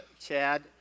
Chad